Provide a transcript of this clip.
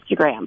Instagram